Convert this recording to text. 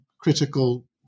critical